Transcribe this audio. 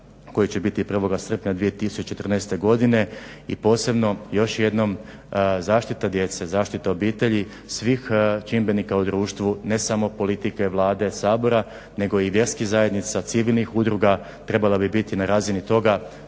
koji će biti prvoga srpnja 2014.godine i posebno još jednom zaštita djece, zaštita obitelji svih čimbenika u društvu, ne samo politike, Vlade, Sabora nego i vjerskih zajednica, civilnih udruga trebala bi biti na razini toga